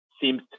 seems